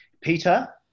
Peter